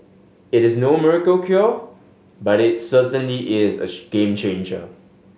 it is no miracle cure but it's certainly is a game changer